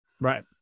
Right